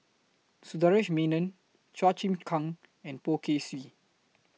Sundaresh Menon Chua Chim Kang and Poh Kay Swee